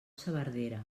saverdera